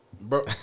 Bro